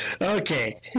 okay